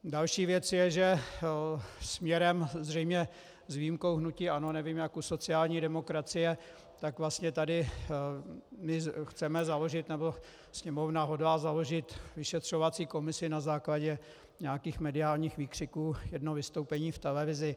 Další věc je, že směrem zřejmě s výjimkou hnutí ANO, nevím, jak u sociální demokracie, tak vlastně tady chceme založit, nebo Sněmovna hodlá založit vyšetřovací komisi na základě mediálních výkřiků, jednoho vystoupení v televizi.